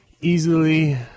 easily